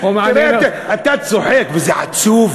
תראה, אתה צוחק וזה עצוב.